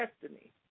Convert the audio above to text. destiny